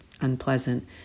unpleasant